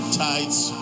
tides